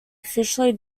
officially